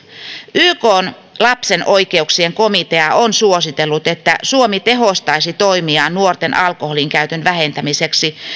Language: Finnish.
ykn lapsen oikeuksien komitea on suositellut että suomi tehostaisi toimiaan nuorten alkoholinkäytön vähentämiseksi